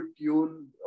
tune